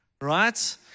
Right